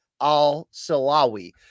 Al-Salawi